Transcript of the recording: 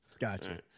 Gotcha